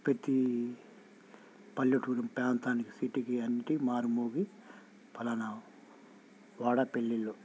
ప్రతీ పల్లెటూరి ప్రాంతానికి సిటీకి అన్నిటికి మారుమోగి పలానా వాడపల్లిలో